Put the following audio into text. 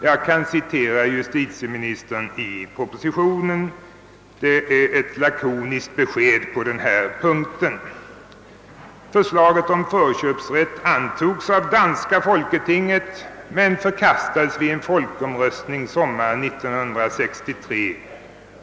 Jag kan citera justitieministern i propositionen. Det är ett lakoniskt besked på denna punkt: »Förslaget om förköpsrätt antogs av danska folketinget men förkastades vid en folkomröstning sommaren 1963.